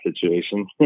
situation